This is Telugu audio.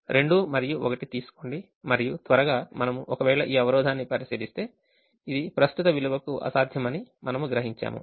2 మరియు 1 తీసుకోండి మరియు త్వరగా మనము ఒకవేళ ఈ అవరోధాన్ని పరిశీలిస్తే ఇది ప్రస్తుత విలువకు అసాధ్యమనిమనము గ్రహించాము